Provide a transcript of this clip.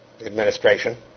administration